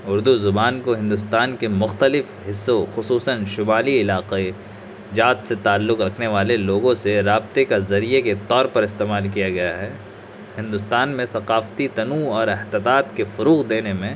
اردو زبان کو ہندوستان کے مختلف حصوں خصوصاً شمالی علاقے جات سے تعلق رکھنے والے لوگوں سے رابطے کا ذریعے کے طور پر استعمال کیا گیا ہے ہندوستان میں ثقافتی تنوع اور احتیاط کے فروغ دینے میں